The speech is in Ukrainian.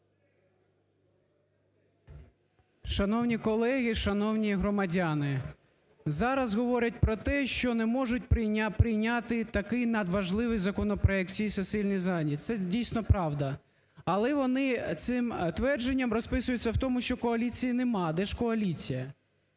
Шановні колеги! Шановні громадяни! Зараз говорять про те, що не можуть прийняти такий надважливий законопроект в цій сесійній залі – це, дійсно, правда. Але вони цим твердженням розписуються в тому, що коаліції немає, де ж коаліція?